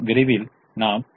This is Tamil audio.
நாம் 4 2 2 ஐப் பெறுகிறோம்